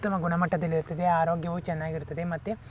ಉತ್ತಮ ಗುಣಮಟ್ಟದಲ್ಲಿರುತ್ತದೆ ಆರೋಗ್ಯವು ಚೆನ್ನಾಗಿರುತ್ತದೆ ಮತ್ತು